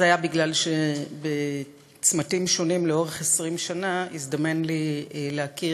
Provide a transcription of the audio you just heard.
זה היה משום שבצמתים שונים לאורך 20 שנה הזדמן לי להכיר,